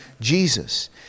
Jesus